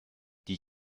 die